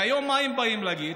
והיום מה הם באים להגיד?